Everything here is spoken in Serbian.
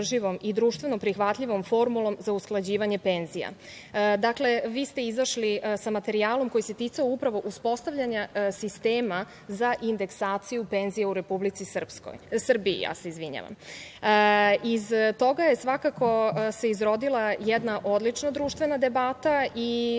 i društveno prihvatljivom formulom za usklađivanje penzija. Dakle, vi ste izašli sa materijalom koji se ticao upravo uspostavljanja sistema za indeksaciju penzija u Republici Srbiji. Iz toga se svakako izrodila jedna odlična društvena debata i